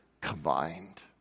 combined